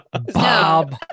Bob